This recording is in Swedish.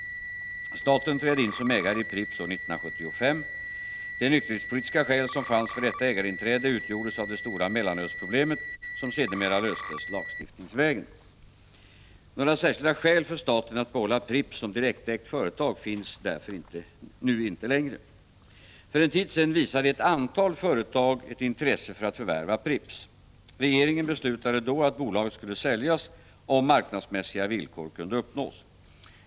Staten trädde in som ägare i Pripps år 1975. Det nykterhetspolitiska skäl, som fanns för detta ägarinträde, utgjordes av det stora mellanölsproblemet, som sedermera löstes lagstiftningsvägen. Några särskilda skäl för staten att behålla Pripps som direktägt företag finns därför nu inte längre. För en tid sedan visade ett antal företag ett intresse för att förvärva Pripps. Regeringen beslutade då att bolaget skulle säljas, om marknadsmässiga villkor kunde uppnås.